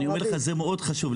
אני אומר לך, זה מאוד חשוב.